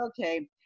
okay